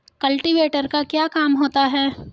Cultivator का क्या काम होता है?